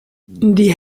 die